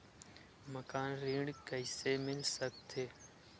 मकान ऋण कइसे मिल सकथे?